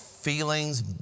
feelings